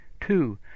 Two